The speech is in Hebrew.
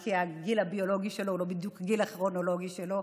כי הגיל הביולוגי שלו הוא לא בדיוק הגיל הכרונולוגי שלו,